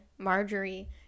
marjorie